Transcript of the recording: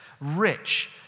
rich